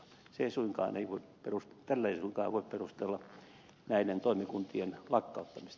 tällä ei suinkaan voi perustella näiden toimikuntien lakkauttamista